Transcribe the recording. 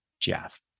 Jeff